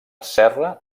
serra